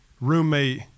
roommate